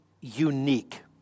unique